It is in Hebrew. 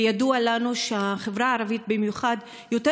וידוע לנו שבחברה הערבית במיוחד יותר